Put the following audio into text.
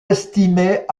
estimées